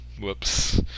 whoops